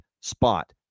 spot